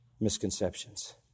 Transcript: misconceptions